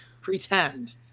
pretend